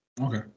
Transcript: Okay